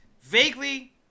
Vaguely